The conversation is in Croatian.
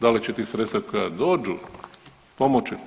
Da li će ta sredstva koja dođu pomoći?